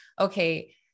okay